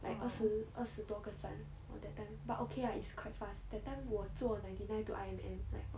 like 二十二十多个站我 that time but okay lah it's quite fast that time 我坐 ninety nine to I_M_M like